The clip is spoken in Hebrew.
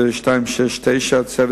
וזה יכול לחסוך